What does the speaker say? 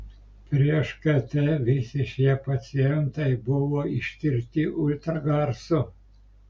prieš kt visi šie pacientai buvo ištirti ultragarsu